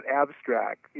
abstract